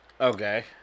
Okay